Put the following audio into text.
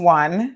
one